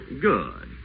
Good